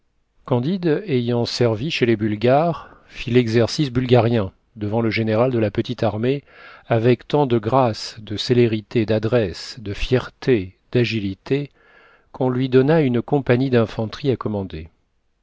candide ayant servi chez les bulgares fit l'exercice bulgarien devant le général de la petite armée avec tant de grâce de célérité d'adresse de fierté d'agilité qu'on lui donna une compagnie d'infanterie à commander